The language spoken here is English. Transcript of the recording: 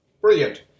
Brilliant